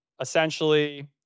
essentially